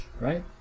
right